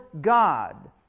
God